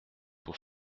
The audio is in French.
pour